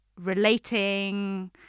relating